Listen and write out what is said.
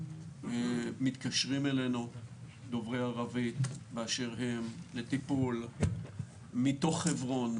מתקשרים אלינו דוברי ערבית באשר הם לטיפול מתוך חברון,